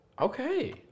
Okay